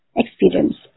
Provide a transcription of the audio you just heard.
experience